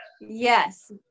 Yes